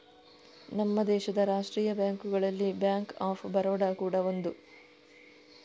ನಮ್ಮ ದೇಶದ ರಾಷ್ಟೀಯ ಬ್ಯಾಂಕುಗಳಲ್ಲಿ ಬ್ಯಾಂಕ್ ಆಫ್ ಬರೋಡ ಕೂಡಾ ಒಂದು